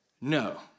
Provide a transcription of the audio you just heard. No